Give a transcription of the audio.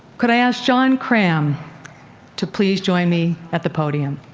could i ask john cram to please join me at the podium?